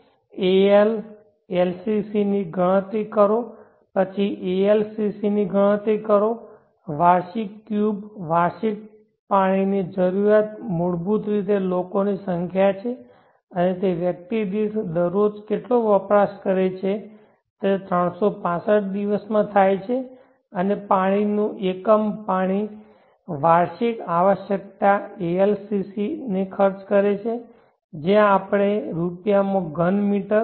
AL LCC ની ગણતરી કરો પછી ALCC ની ગણતરી કરો વાર્ષિક ક્યુબ વાર્ષિક પાણીની જરૂરિયાત મૂળભૂત રીતે લોકોની સંખ્યા છે અને તે વ્યક્તિ દીઠ દરરોજ કેટલો વપરાશ કરે છે તે 365 દિવસમાં થાય છે અને પાણીનું એકમ પાણી વાર્ષિક આવશ્યકતા ALCC ને ખર્ચ કરે છે જે આપશે રૂપિયામાં ઘન મીટર